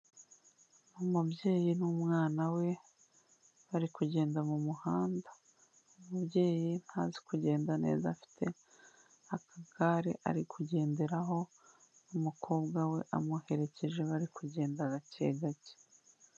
Umubyeyi n'umwana we bari kugenda mu muhanda, umubyeyi ntazi kugenda neza afite akagare ari kugenderaho, umukobwa we amuherekeje bari kugenda gake gake.